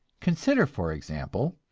consider, for example,